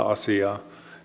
asiaa